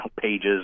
pages